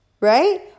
right